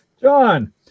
John